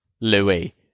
Louis